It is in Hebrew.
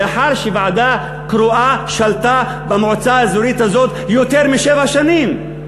לאחר שוועדה קרואה שלטה במועצה האזורית הזאת יותר משבע שנים.